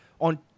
on